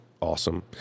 Awesome